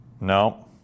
No